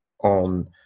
on